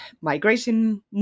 migration